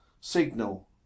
signal